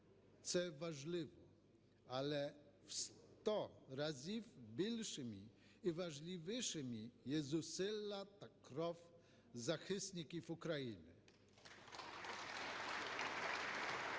це важливо, але в сто разів більшими і важливішими є зусилля та кров захисників України.